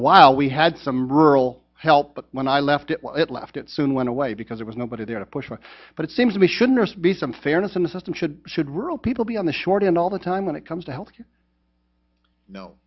a while we had some rural help but when i left it left it soon went away because it was nobody there to push but it seems to me shouldn't be some fairness in the system should should rural people be on the short end all the time when it comes to help you know